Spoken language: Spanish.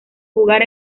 jugar